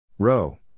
Row